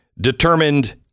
determined